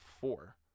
four